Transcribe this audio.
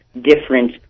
different